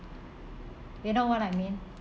you know what I mean